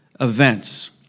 events